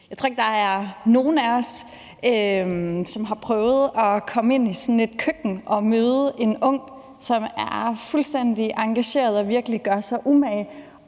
Jeg tror ikke, der er nogen af os, som har prøvet at komme ind i sådan et køkken og møde en ung, som er fuldstændig engageret og virkelig gør